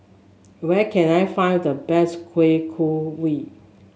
where can I find the best Kueh Kaswi